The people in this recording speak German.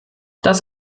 das